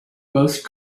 most